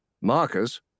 Marcus